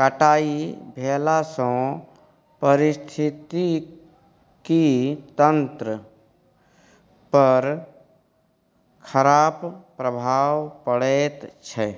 कटाई भेलासँ पारिस्थितिकी तंत्र पर खराप प्रभाव पड़ैत छै